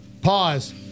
Pause